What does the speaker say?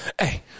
hey